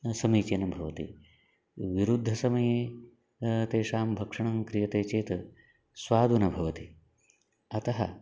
समीचीनं भवति विरुद्धसमये तेषां भक्षणं क्रियते चेत् स्वादु न भवति अतः